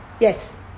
Yes